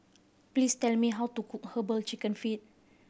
please tell me how to cook Herbal Chicken Feet